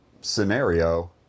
scenario